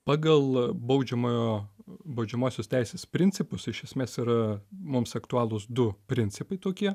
pagal baudžiamojo baudžiamosios teisės principus iš esmės yra mums aktualūs du principai tokie